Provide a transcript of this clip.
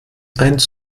eins